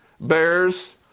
bears